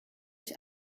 ich